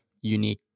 unique